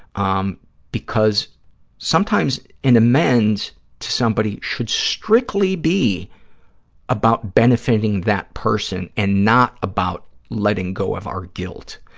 um because sometimes an amends to somebody should strictly be about benefiting that person and not about letting go of our guilt.